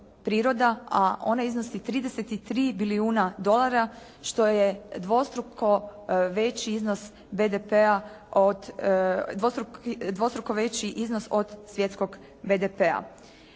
a ona iznosi 33 bilijuna dolara što je dvostruko veći iznos BDP-a